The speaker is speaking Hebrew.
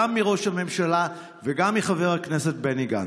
גם מראש הממשלה וגם מחבר הכנסת בני גנץ?